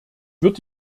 wird